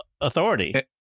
authority